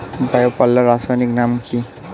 Bio পাল্লার রাসায়নিক নাম কি?